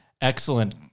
excellent